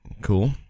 Cool